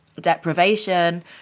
deprivation